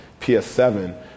PS7